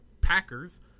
Packers